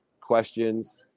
questions